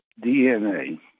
DNA